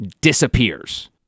disappears